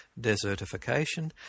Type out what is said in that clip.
desertification